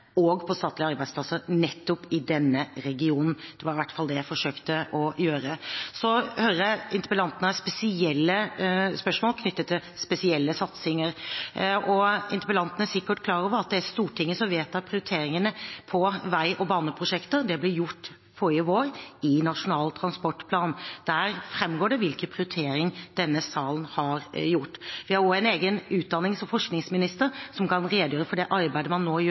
statlige arbeidsplasser i nettopp denne regionen. Det var i hvert fall det jeg forsøkte å gjøre. Så hører jeg interpellanten har spesielle spørsmål knyttet til spesielle satsinger. Interpellanten er sikkert klar over at det er Stortinget som vedtar prioriteringene i vei- og baneprosjekter. Det ble gjort forrige vår – i Nasjonal transportplan. Der framgår det hvilke prioriteringer denne salen har gjort. Vi har også en egen utdannings- og forskningsminister, som kan redegjøre for det arbeidet man nå gjør